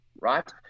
Right